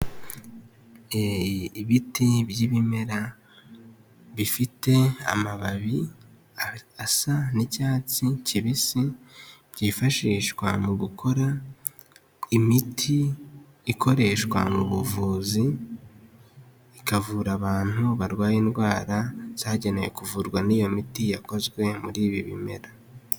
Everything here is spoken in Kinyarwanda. Ibiti by'ibimera bifite amababi asa n'icyatsi kibisi, byifashishwa mu gukora imiti ikoreshwa mu buvuzi, ikavura abantu barwaye indwara zagenewe kuvurwa n'iyo miti yakozwe muri ibi bimera.